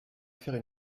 faire